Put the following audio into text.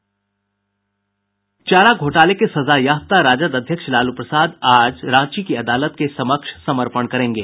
चारा घोटाले के सजायाफ्ता राजद अध्यक्ष लालू प्रसाद आज रांची की अदालत के समक्ष समर्पण करेंगे